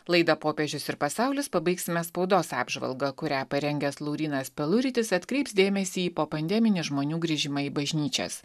laidą popiežius ir pasaulis pabaigsime spaudos apžvalga kurią parengęs laurynas peluritis atkreips dėmesį į popandeminį žmonių grįžimą į bažnyčias